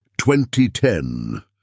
2010